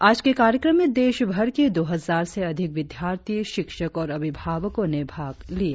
आज के कार्यक्रम में देश भर के दो हजार से अधिक विद्यार्थी शिक्षक और अभिभावको ने भाग लिया